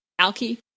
Alky